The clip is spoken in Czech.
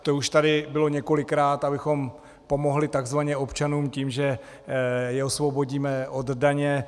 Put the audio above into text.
To už tady bylo několikrát, abychom pomohli takzvaně občanům tím, že je osvobodíme od daně.